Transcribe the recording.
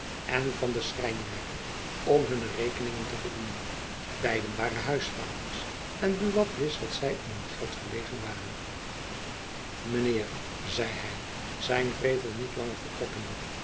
en van den schrijnwerker om hunne rekeningen te voldoen beiden waren huisvaders en buat wist dat zy om hun geld verlegen waren mijn heer zeide hy zijn wrevel niet langer verkroppende